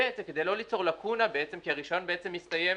(ב) זה כדי לא ליצור לקונה כי הרישיון מסתיים